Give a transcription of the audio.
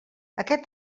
aquest